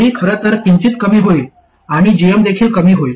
ID खरंतर किंचित कमी होईल आणि gm देखील कमी होईल